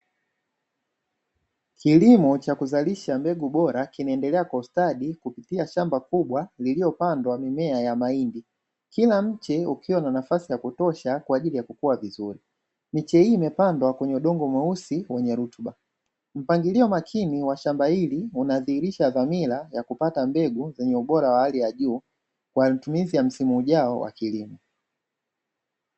Kilimo cha kuzalisha mbegu bora kinaendelea kwa ustadi kupitia shamba kubwa lililopandwa mimea ya mahindi. Kila mche ukiwa na nafasi yakutosha kwa ajili ya kukuwa vizuri. Miche hii imepandwa kwenye udongo mweusi wenye rutuba. Mpangilio makini wa shamba hili, unadhihirisha dhamira ya kupata mbegu ya hali ya juu kwa matumizi ya msimu ujao wa kilimo.